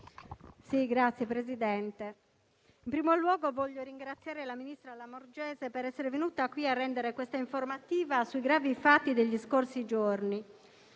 Signor Presidente, in primo luogo voglio ringraziare la ministra Lamorgese per essere venuta qui a rendere l'informativa sui gravi fatti degli scorsi giorni.